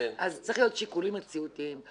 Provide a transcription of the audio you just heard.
אז צריך להיות שיקולים מציאותיים.